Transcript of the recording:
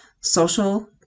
social